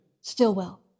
Stillwell